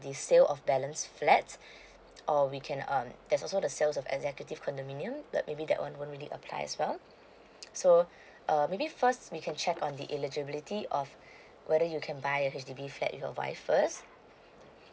the sales of balance flats or we can um there's also the sales of executive condominium maybe that one won't really apply as well so err maybe first we can check on the eligibility of whether you can buy a H_D_B flat with your wife first